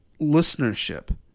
listenership